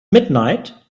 midnight